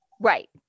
Right